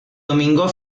domingo